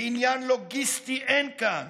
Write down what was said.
ועניין לוגיסטי אין כאן,